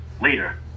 later